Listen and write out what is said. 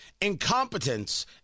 Incompetence